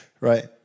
right